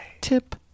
Tip